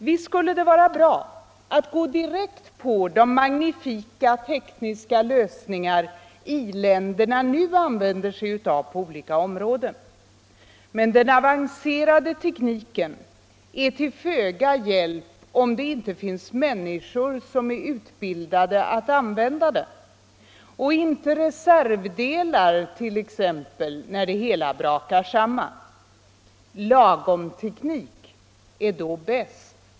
Visst skulle det vara bra att gå direkt på de magnifika tekniska lösningar i-länderna nu använder sig av på olika områden. Men den avancerade tekniken är till föga hjälp om det inte finns människor som är utbildade i konsten att använda den och om t.ex. reservdelar saknas när det hela brakar samman. ”Lagomteknik” är då bäst.